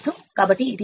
కాబట్టి ఇది 0